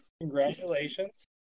Congratulations